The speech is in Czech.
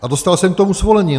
A dostal jsem k tomu svolení.